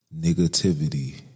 Negativity